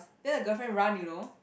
then the girlfriend run you know